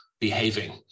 behaving